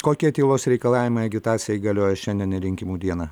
kokie tylos reikalavimai agitacijai galioja šiandien ir rinkimų dieną